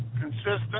Consistent